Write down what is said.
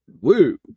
Woo